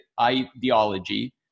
ideology